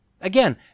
Again